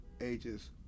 ages